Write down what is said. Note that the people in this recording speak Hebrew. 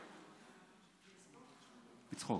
בצחוק,